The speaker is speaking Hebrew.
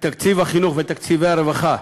תקציב החינוך ותקציבי הרווחה,